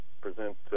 present